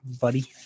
buddy